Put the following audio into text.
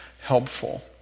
helpful